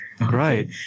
Right